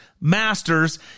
masters